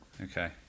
Okay